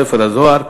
ספר הזוהר.